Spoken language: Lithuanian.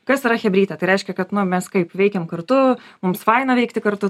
kas yra chebrytė tai reiškia kad nu mes kaip veikiam kartu mums faina veikti kartu